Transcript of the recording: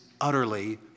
utterly